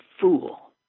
fool